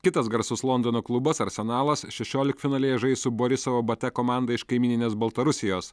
kitas garsus londono klubas arsenalas šešioliktfinalyje žais su borisovo bate komanda iš kaimyninės baltarusijos